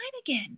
again